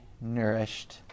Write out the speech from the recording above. nourished